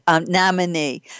nominee